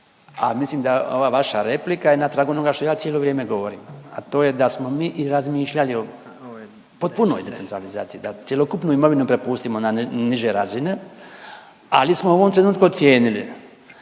A mislim da ova vaša replika je na tragu onoga što ja cijelo vrijeme govorim, a to je da smo mi i razmišljali o potpunoj decentralizaciji, da cjelokupnu imovinu prepustimo na niže razine, ali smo u ovom trenutku ocijenili,